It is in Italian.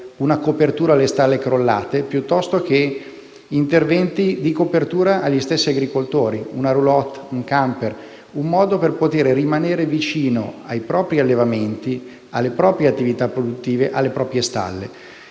una copertura alle stalle crollate, piuttosto che interventi di copertura agli stessi agricoltori: una roulotte, un camper, un modo per poter rimanere vicino ai propri allevamenti, alle proprie attività produttive, alle proprie stalle.